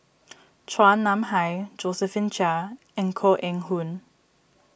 Chua Nam Hai Josephine Chia and Koh Eng Hoon